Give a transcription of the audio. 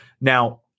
Now